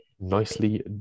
Nicely